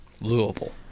Louisville